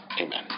Amen